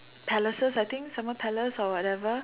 palaces I think summer palace or whatever